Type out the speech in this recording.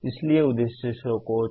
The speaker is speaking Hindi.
इसलिए उद्देश्य को छोड़ो